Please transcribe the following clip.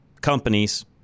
companies